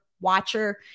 watcher